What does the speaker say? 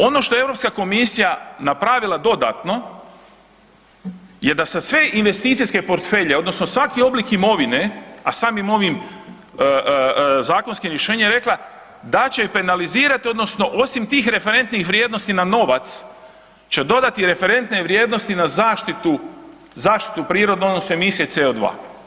Ono što EU komisija napravila dodatno, je da se sve investicijske portfelje, odnosno svaki oblik imovine, a samim ovim zakonskim rješenjem je rekla da će penalizirati odnosno osim tih referentnih vrijednosti na novac će dodati referentne vrijednosti na zaštitu prirode, odnosno emisije CO2.